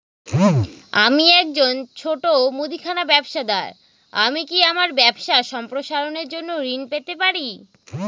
আমি একজন ছোট মুদিখানা ব্যবসাদার আমি কি আমার ব্যবসা সম্প্রসারণের জন্য ঋণ পেতে পারি?